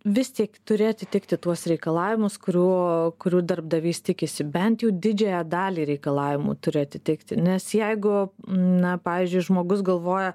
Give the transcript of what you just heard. vis tiek turi atitikti tuos reikalavimus kurių kurių darbdavys tikisi bent jau didžiąją dalį reikalavimų turi atitikti nes jeigu na pavyzdžiui žmogus galvoja